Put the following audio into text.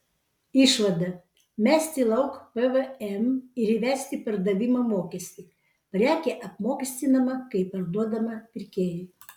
išvada mesti lauk pvm ir įvesti pardavimo mokestį prekė apmokestinama kai parduodama pirkėjui